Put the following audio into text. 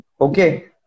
Okay